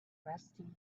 rusty